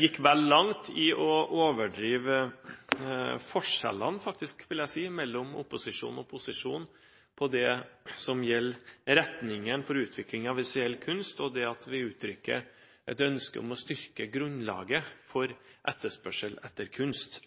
gikk vel langt i å overdrive forskjellene – vil jeg si – mellom opposisjon og posisjon når det gjelder retningen for utviklingen av visuell kunst, og det at vi uttrykker et ønske om å styrke grunnlaget for etterspørsel etter kunst.